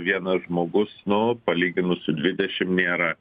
vienas žmogus nu palyginus su dvidešim nėra